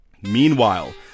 Meanwhile